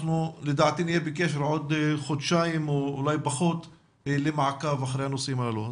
אנחנו לדעתי נהיה בקשר עוד חודשיים ואולי פחות למעקב אחרי הנושאים הללו.